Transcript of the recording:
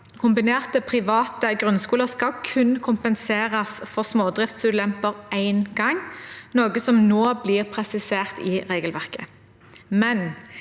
Kombinerte private grunnskoler skal kun kompenseres for smådriftsulemper én gang, noe som nå blir presisert i regelverket,